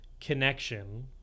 connection